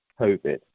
COVID